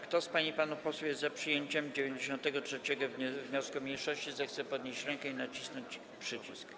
Kto z pań i panów posłów jest za przyjęciem 93. wniosku mniejszości, zechce podnieść rękę i nacisnąć przycisk.